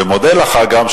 ומודה לך גם,